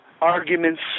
arguments